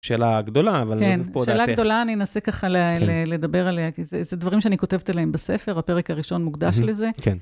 שאלה גדולה, אבל... כן, שאלה גדולה, אני אנסה ככה לדבר עליה, כי זה דברים שאני כותבת אליהם בספר, הפרק הראשון מוקדש לזה.